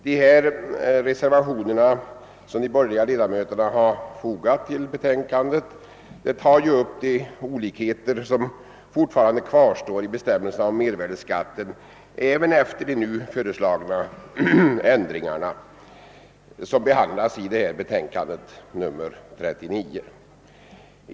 De reservationer som de borgerliga ledamöterna fogat till utskottets betänkande tar upp de olikheter som fortfarande kvarstår i bestämmelserna om mervärdeskatten även efter de nu föreslagna ändringarna som behandlas i beviliningsutskottets betänkande nr 39.